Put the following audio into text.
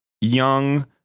young